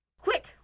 Quick